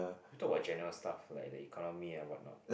we talk about general stuff like the economy and what not